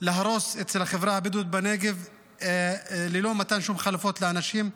להרוס אצל החברה הבדואית בנגב ללא מתן שום חלופות לאנשים.